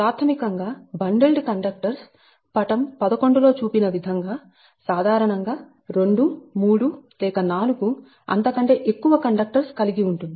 ప్రాథమికంగా bundled conductors పటం 11 లో చూపిన విధంగా సాధారణంగా 2 3 లేక 4 అంత కంటే ఎక్కువ కండక్టర్స్ కలిగి ఉంటుంది